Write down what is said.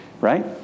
right